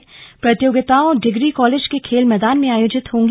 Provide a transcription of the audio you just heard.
सभी प्रतियोगिताएं degree college के खेल मैदान में आयोजित होंगी